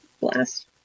blast